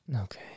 Okay